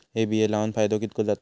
हे बिये लाऊन फायदो कितको जातलो?